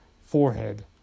forehead